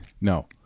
No